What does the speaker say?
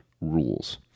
rules